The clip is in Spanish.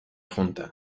junta